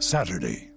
Saturday